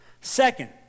Second